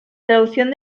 traducción